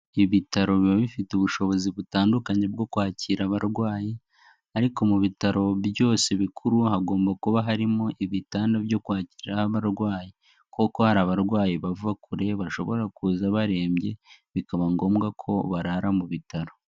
Ibitaro biba bifite ubushobozi butandukanye bwo kwakira abarwayi ariko mu bitaro byose bikuru hagomba kuba harimo ibitanda byo kwakiriraho abarwayi kuko hari abarwayi bava kure bashobora kuza barembye, bikaba ngombwa ko barara mu bitaro.